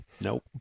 Nope